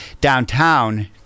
downtown